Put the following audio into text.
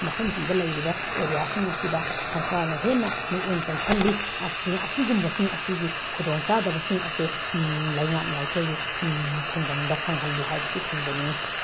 ꯃꯐꯝꯁꯤꯡꯗ ꯂꯩꯔꯤꯕ ꯑꯦꯔꯤꯌꯥꯁꯤꯡ ꯑꯁꯤꯗ ꯁꯔꯀꯥꯔꯅ ꯍꯦꯟꯅ ꯃꯤꯠꯌꯦꯡ ꯆꯪꯁꯤꯜꯂꯤ ꯑꯁꯤꯒꯨꯝꯕꯁꯤꯡ ꯑꯁꯤꯒꯤ ꯈꯨꯗꯣꯡ ꯆꯥꯗꯕꯁꯤꯡ ꯑꯁꯦ ꯂꯩꯉꯥꯛꯅ ꯑꯩꯈꯣꯏꯒꯤ ꯈꯨꯡꯒꯪꯗ ꯐꯪꯍꯜꯂꯤ ꯍꯥꯏꯕꯁꯤ ꯊꯝꯖꯅꯤꯡꯉꯤ